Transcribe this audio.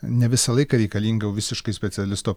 ne visą laiką reikalinga jau visiškai specialisto